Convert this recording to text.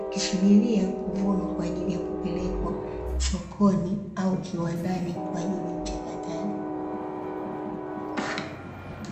ikisubiriwa kuvunwa kwa ajili ya kupelekwa sokoni au kiwandani kwa ajili ya uchakataji.